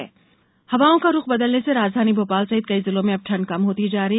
मौसम हवाओं का रुख बदलने से राजधानी भोपाल सहित कई जिलों में अब ठंड कम होती जा रही है